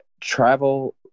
travel